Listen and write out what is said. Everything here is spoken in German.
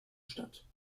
statt